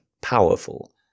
powerful